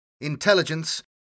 Intelligence